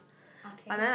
okay